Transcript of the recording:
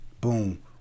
Boom